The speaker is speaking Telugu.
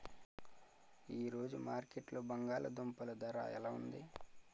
ఈ రోజు మార్కెట్లో బంగాళ దుంపలు ధర ఎలా ఉంది?